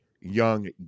young